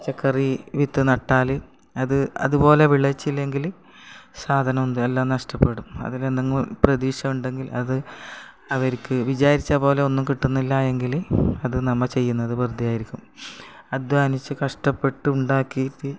പച്ചക്കറി വിത്ത് നട്ടാൽ അത് അതുപോലെ വിളയിച്ചില്ലെങ്കിൽ സാധനം എല്ലാം നഷ്ടപ്പെടും അതിനെന്തെങ്കിലും പ്രതീക്ഷ ഉണ്ടെങ്കിൽ അത് അവർക്ക് വിചാരിച്ചത് പോലെ ഒന്നും കിട്ടുന്നില്ല എങ്കിൽ അത് നമ്മൾ ചെയ്യുന്നത് വെറുതെ ആയിരിക്കും അധ്വാനിച്ച് കഷ്ടപ്പെട്ട് ഉണ്ടാക്കിയിട്ട്